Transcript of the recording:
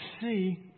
see